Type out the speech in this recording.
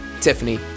Tiffany